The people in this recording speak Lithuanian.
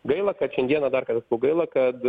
gaila kad šiandieną dar kartą sakau gaila kad